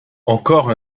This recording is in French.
encore